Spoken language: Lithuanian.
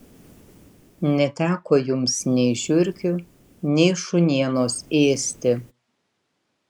neteko jums nei žiurkių nei šunienos ėsti